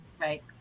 Right